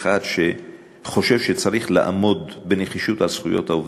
אחד שחושב שצריך לעמוד בנחישות על זכויות העובדים.